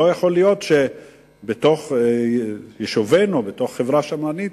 אבל לא יכול להיות שבתוך החברה השמרנית